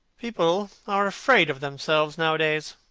people are afraid of themselves, nowadays.